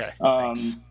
okay